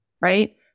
right